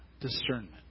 discernment